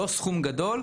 לא סכום גדול,